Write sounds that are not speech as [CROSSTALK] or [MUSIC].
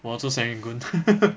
我住 serangoon [LAUGHS]